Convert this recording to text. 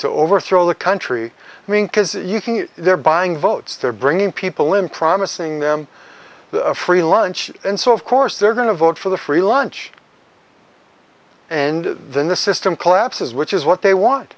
to overthrow the country because you can they're buying votes they're bringing people in promising them the free lunch and so of course they're going to vote for the free lunch and then the system collapses which is what they want